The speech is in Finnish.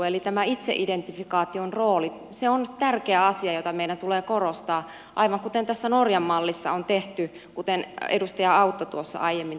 eli tämä itseidentifikaation rooli on tärkeä asia jota meidän tulee korostaa aivan kuten norjan mallissa on tehty kuten edustaja autto aiemmin totesi